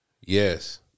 Yes